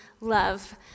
love